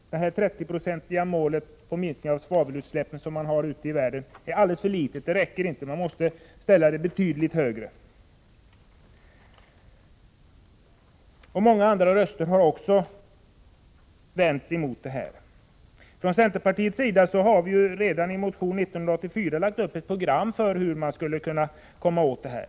Målet 30 26 minskning av svavelutsläppen som man har ute i världen är alldeles för lågt. Detta räcker inte — man måste sätta målet betydligt högre. Det har också höjts många röster mot denna utveckling. Från centerpartiets sida hade vi redan i en motion 1984 lagt upp ett program för hur man skulle kunna komma åt problemen.